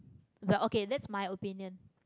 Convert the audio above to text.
but okay that's my opinion